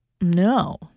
No